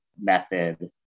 method